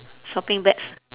shopping bags